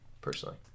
Personally